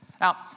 Now